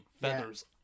Feathers